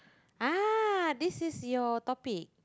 ah this is your topic